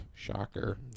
shocker